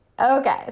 Okay